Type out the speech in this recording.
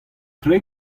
tre